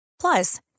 Plus